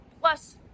plus